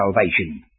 salvation